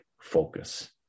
focus